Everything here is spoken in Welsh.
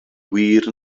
wir